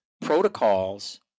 protocols